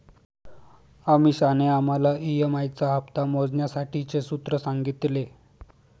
अमीषाने आम्हाला ई.एम.आई चा हप्ता मोजण्यासाठीचे सूत्र सांगितले